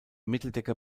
mitteldecker